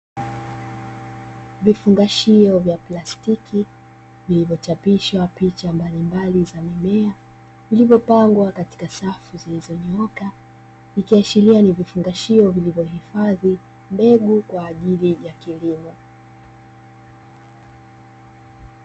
Vifungashio vya plastiki, vimechapishwa picha mbalimbali za mimea, na vimepangwa katika safu zilizonyooka, ikiashiria kuwa ni vifungashio vilivyohifadhi mbegu kwa ajili ya kilimo.